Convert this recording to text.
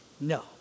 No